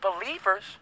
believers